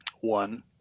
one